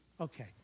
Okay